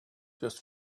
just